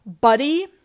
buddy